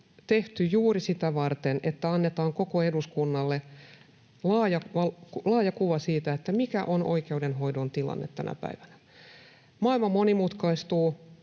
tehty juuri sitä varten, että annetaan koko eduskunnalle laaja kuva siitä, mikä on oikeudenhoidon tilanne tänä päivänä. Maailma monimutkaistuu,